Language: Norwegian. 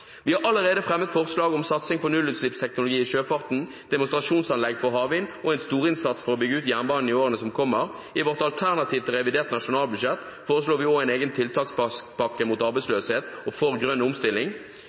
Vi har allerede fremmet forslag om satsing på nullutslippsteknologi i sjøfarten, demonstrasjonsanlegg for havvind og en storinnsats for å bygge ut jernbanen i årene som kommer. I vårt alternativ til revidert nasjonalbudsjett foreslår vi også en egen tiltakspakke mot arbeidsløshet og for grønn omstilling.